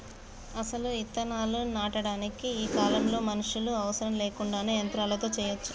అసలు ఇత్తనాలు నాటటానికి ఈ కాలంలో మనుషులు అవసరం లేకుండానే యంత్రాలతో సెయ్యచ్చు